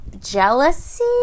jealousy